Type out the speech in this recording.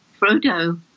Frodo